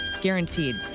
guaranteed